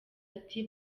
ati